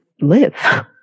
live